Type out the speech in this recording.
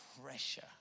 pressure